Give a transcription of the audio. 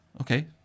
Okay